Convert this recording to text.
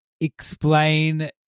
explain